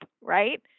right